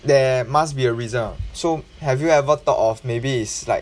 there must be a reason so have you ever thought of maybe it's like